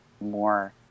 more